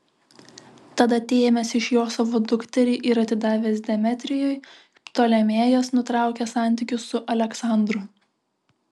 tad atėmęs iš jo savo dukterį ir atidavęs demetrijui ptolemėjas nutraukė santykius su aleksandru